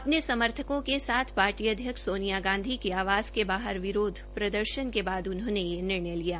अपने समर्थको के साथ अध्यक्ष सोनिया गांधी के आवास बाहर विरोध प्रदर्शन के बाद उन्होंने यह निर्णय लिया